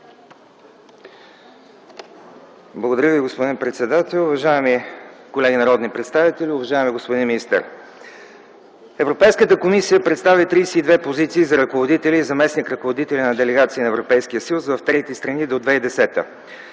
Благодаря Ви, господин председател. Уважаеми колеги народни представители! Уважаеми господин министър, Европейската комисия представи 32 позиции за ръководители и заместник-ръководители на делегации на Европейския съюз в трети страни до 2010 г.